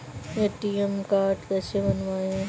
ATM card कैसे बनवाएँ?